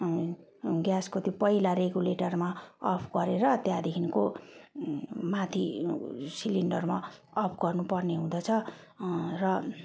ग्यासको त्यो पहिला रेगुलेटरमा अफ गरेर त्यहाँदेखिको माथि सिलिन्डरमा अफ गर्नु पर्ने हुँदछ र